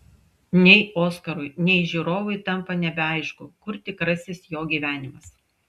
nei oskarui nei žiūrovui tampa nebeaišku kur tikrasis jo gyvenimas